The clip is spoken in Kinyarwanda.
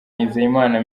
nizeyimana